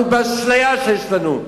אנחנו באשליה שיש לנו.